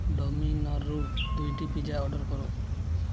ଡୋମିନୋରୁ ଦୁଇଟି pizza order କର